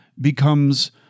becomes